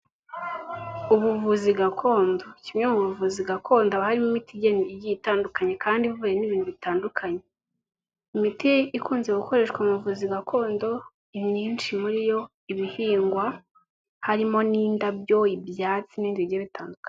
Ubuvuzi gakondo, kimwe mu bavuzi gakondo harimo imiti itandukanye kandi ivuye n'ibintu bitandukanye imiti ikunze gukoreshwa muvuzi gakondo myinshi muri yo ibihingwa harimo n'indabyo ibyatsi n'indi bitandukanye.